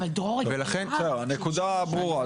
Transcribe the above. הנקודה ברורה,